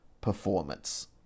performance